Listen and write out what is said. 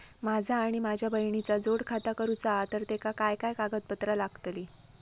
माझा आणि माझ्या बहिणीचा जोड खाता करूचा हा तर तेका काय काय कागदपत्र लागतली?